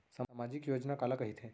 सामाजिक योजना काला कहिथे?